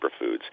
superfoods